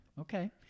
Okay